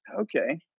okay